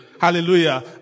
Hallelujah